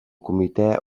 comitè